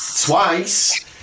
twice